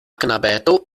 knabeto